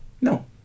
no